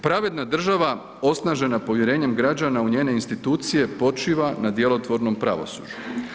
Pravedna država osnažena povjerenjem građana u njene institucije počiva na djelotvornom pravosuđu.